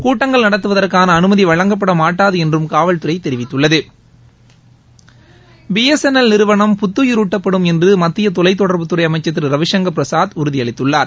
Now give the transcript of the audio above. கூட்டங்கள் நடத்துவதற்கான அனுமதி வழங்கப்பட மாட்டாது என்றும் காவல்துறை தெரிவித்துள்ளது பி எஸ் என் எல் நிறுவனம் புத்துயிருட்டப்படும் என்று மத்திய தொலைத் தொடர்புத்துறை அமைச்சர் திரு ரவிசங்கள் பிரசாத் உறுதியளித்துள்ளார்